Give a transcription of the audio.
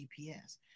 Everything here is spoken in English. GPS